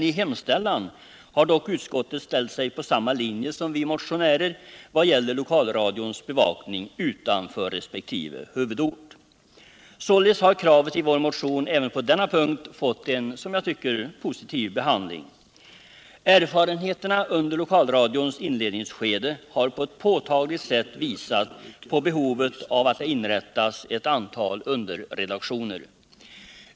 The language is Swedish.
I hemställan har dock utskottet ställt sig på samma linje som vi motionärer när det gäller lokalradions bevakning utanför resp. huvudort. Således har kravet i vår motion även på denna punkt fått en positiv behandling. Erfarenheterna under lokalradions inledningskede har på ett påtagligt sätt visat på behovet av att det inrättas ett antal underredaktioner.